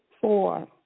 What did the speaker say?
four